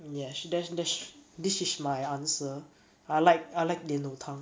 yes there~ there's this is my answer I like I like 莲藕汤